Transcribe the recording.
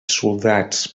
soldats